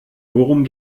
worum